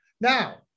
now